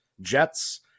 Jets